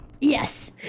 Yes